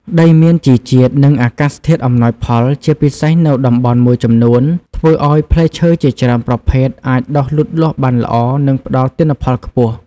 ដីមានជីជាតិ និងអាកាសធាតុអំណោយផល ជាពិសេសនៅតំបន់មួយចំនួន ធ្វើឲ្យផ្លែឈើជាច្រើនប្រភេទអាចដុះលូតលាស់បានល្អ និងផ្តល់ទិន្នផលខ្ពស់។